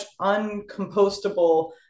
uncompostable